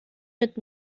mit